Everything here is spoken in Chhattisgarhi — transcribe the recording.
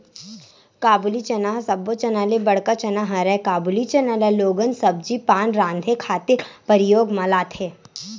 काबुली चना ह सब्बो चना ले बड़का चना हरय, काबुली चना ल लोगन सब्जी पान राँधे खातिर परियोग म लाथे